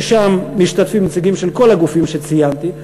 ששם משתתפים נציגים של כל הגופים שציינתי.